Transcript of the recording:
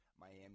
Miami